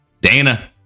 Dana